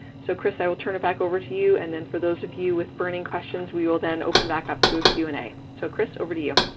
so, chris, i will turn it back over to you. and then, for those of you with burning questions, we will then open back up to a q and a. so, chris, over to you.